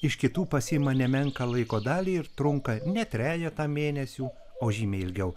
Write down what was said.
iš kitų pasiima nemenką laiko dalį ir trunka ne trejetą mėnesių o žymiai ilgiau